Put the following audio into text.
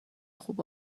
خوب